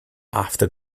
after